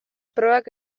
probak